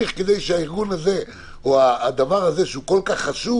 צריך לרדת עליהם, חייבים הרי.